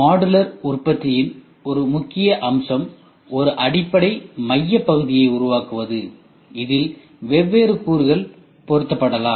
modular உற்பத்தியின் ஒரு முக்கிய அம்சம் ஒரு அடிப்படை மைய பகுதியை உருவாக்குவது இதில் வெவ்வேறு கூறுகள் பொருத்தப்படலாம்